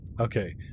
Okay